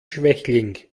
schwächling